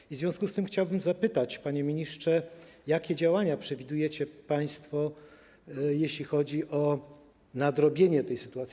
I w związku z tym chciałbym zapytać, panie ministrze, jakie działania przewidujecie państwo, jeśli chodzi o nadrobienie tej sytuacji.